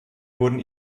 wurden